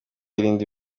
irinde